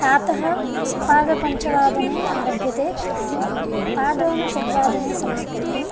प्रातः सपादपञ्चवादने आरभ्यते पादोनषड्वादने समाप्यते